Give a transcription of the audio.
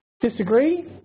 disagree